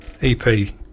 EP